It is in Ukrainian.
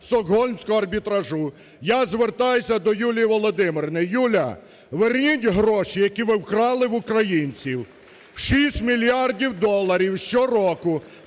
я звертаюсь до Юлії Володимирівни. Юля, верніть гроші, які ви вкрали в українців! Шість мільярдів доларів щороку